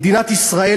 מדינת ישראל,